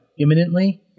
imminently